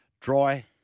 dry